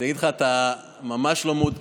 רציתי להגיד לך שאתה ממש לא מעודכן,